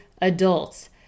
adults